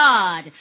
God